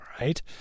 right